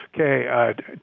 Okay